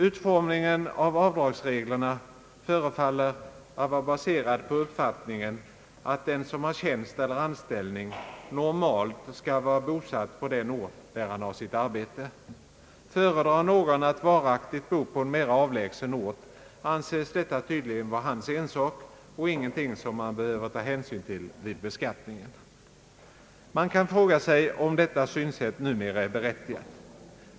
Utformningen av avdragsreglerna förefaller vara baserad på uppfattningen att den som har tjänst eller anställning normalt skall vara bosatt på den ort där han har sitt arbete. Föredrar någon att varaktigt bo på en mera avlägsen ort anses detta tydligen vara hans ensak och ingenting som man behöver ta hänsyn till vid beskattningen. Man kan fråga sig om detta synsätt numera är berättigat.